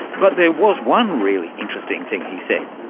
but there was one really interesting thing he said.